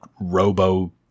robo